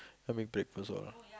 what do you mean breakfast all